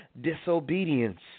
disobedience